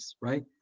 right